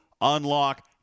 unlock